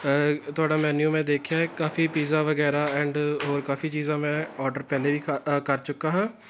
ਤੁਹਾਡਾ ਮੈਨਿਊ ਮੈਂ ਦੇਖਿਆ ਕਾਫੀ ਪੀਜ਼ਾ ਵਗੈਰਾ ਐਂਡ ਹੋਰ ਕਾਫੀ ਚੀਜ਼ਾਂ ਮੈਂ ਔਡਰ ਪਹਿਲੇ ਵੀ ਕ ਕਰ ਚੁੱਕਾ ਹਾਂ